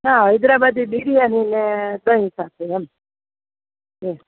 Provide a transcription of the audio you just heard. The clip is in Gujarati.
હા હૈદરાબાદી બિરિયાનીને દહીં સાથે